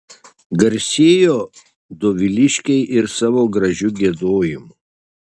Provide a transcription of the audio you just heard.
garsėjo doviliškiai ir savo gražiu giedojimu